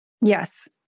yes